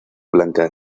blanca